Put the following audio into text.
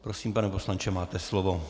Prosím, pane poslanče, máte slovo.